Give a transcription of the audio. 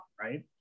right